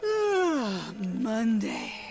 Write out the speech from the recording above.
Monday